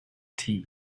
tea